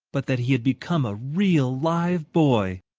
but that he had become a real live boy!